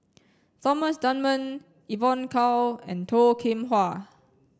Thomas Dunman Evon Kow and Toh Kim Hwa